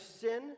sin